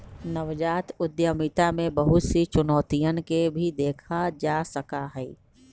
नवजात उद्यमिता में बहुत सी चुनौतियन के भी देखा जा सका हई